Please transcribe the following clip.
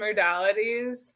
modalities